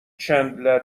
چندلر